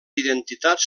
identitats